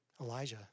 Elijah